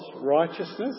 righteousness